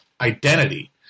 identity